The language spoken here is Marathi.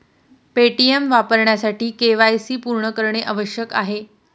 पेटीएम वापरण्यासाठी के.वाय.सी पूर्ण करणे आवश्यक आहे